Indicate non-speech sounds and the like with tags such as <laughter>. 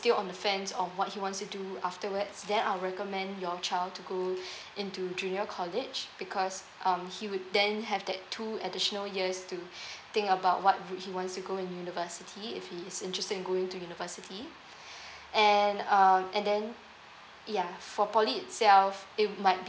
still on the fence on what he wants to do afterwards then I'll recommend your child to go <breath> into junior college because um he would then have that two additional years to <breath> think about what route he wants to go in university if he's interested in going to university and uh and then ya for poly itself it might be